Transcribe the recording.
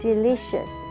Delicious